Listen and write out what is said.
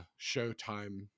Showtime